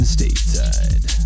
stateside